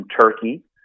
Turkey